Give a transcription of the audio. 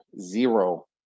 zero